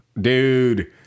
dude